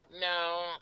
No